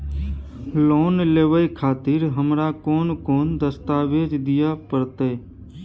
Loan लेवे खातिर हमरा कोन कौन दस्तावेज दिय परतै?